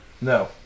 No